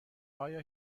آیا